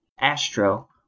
Astro